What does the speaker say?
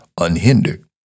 unhindered